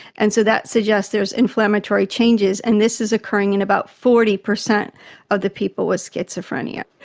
and so that suggests there's inflammatory changes and this is occurring in about forty percent of the people with schizophrenia.